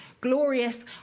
glorious